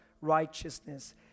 righteousness